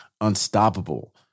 unstoppable